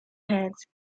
heads